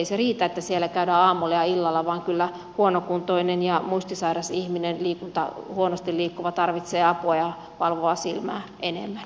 ei se riitä että siellä käydään aamulla ja illalla vaan kyllä huonokuntoinen ja muistisairas ihminen huonosti liikkuva tarvitsee apua ja valvovaa silmää enemmän